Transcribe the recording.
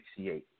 1968